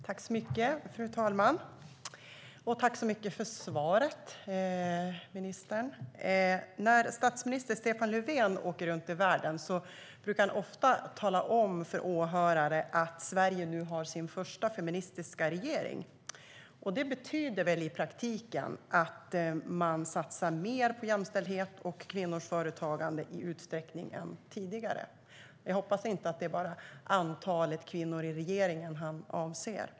Fru talman! Jag tackar ministern för svaret. När statsminister Stefan Löfven åker runt i världen brukar han ofta tala om för åhörare att Sverige nu har sin första feministiska regering. Det betyder väl i praktiken att man satsar mer på jämställdhet och kvinnors företagande än tidigare. Jag hoppas att det inte är bara antalet kvinnor i regeringen som han avser.